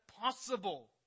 possible